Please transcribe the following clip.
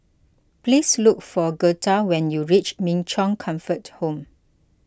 please look for Girtha when you reach Min Chong Comfort Home